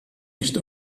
nicht